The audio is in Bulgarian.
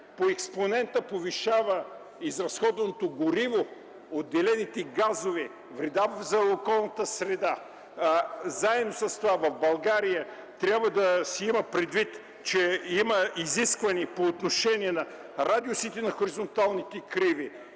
по експонента повишава изразходваното гориво, отделените газове, вредата за околната среда, а заедно с това в България трябва да се има предвид, че има изискване по отношение на радиусите на хоризонталните криви,